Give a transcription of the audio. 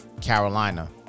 carolina